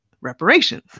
reparations